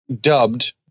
dubbed